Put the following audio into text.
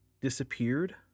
disappeared